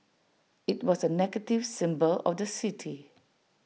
IT was A negative symbol of the city